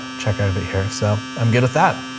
check out of it here. so i'm good with that.